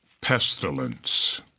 pestilence